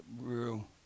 real